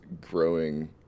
growing